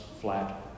flat